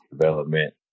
development